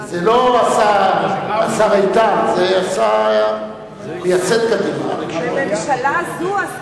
זה לא השר איתן, הוא מייצג את, בממשלה זו עסקינן.